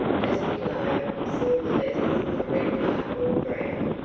just below, in silver letters on a red cardboard ground,